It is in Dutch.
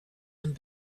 een